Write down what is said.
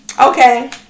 Okay